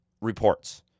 reports